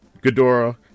Ghidorah